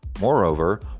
Moreover